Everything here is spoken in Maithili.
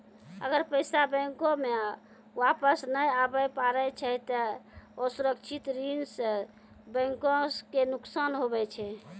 अगर पैसा बैंको मे वापस नै आबे पारै छै ते असुरक्षित ऋण सं बैंको के नुकसान हुवै छै